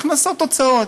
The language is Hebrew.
הכנסות והוצאות.